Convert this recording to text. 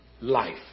life